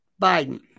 Biden